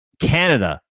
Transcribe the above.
Canada